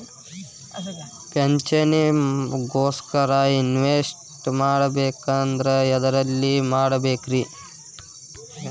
ಪಿಂಚಣಿ ಗೋಸ್ಕರ ಇನ್ವೆಸ್ಟ್ ಮಾಡಬೇಕಂದ್ರ ಎದರಲ್ಲಿ ಮಾಡ್ಬೇಕ್ರಿ?